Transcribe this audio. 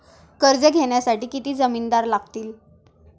कर्ज घेण्यासाठी किती जामिनदार लागतील?